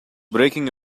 breaking